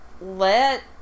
let